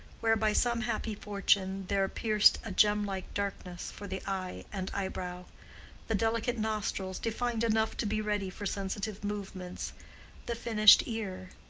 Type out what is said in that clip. where by some happy fortune there pierced a gem-like darkness for the eye and eyebrow the delicate nostrils defined enough to be ready for sensitive movements the finished ear,